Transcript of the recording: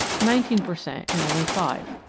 nineteen per cent in only five.